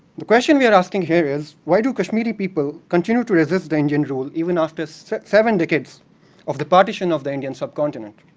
the question we're asking here is, why do kashmiri people continue to resist indian rule, even after seven decades of the partition of the indian subcontinent?